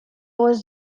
was